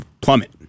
plummet